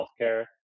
healthcare